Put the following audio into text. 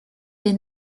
les